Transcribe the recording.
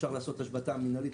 אפשר לעשות השבתה מינהלית,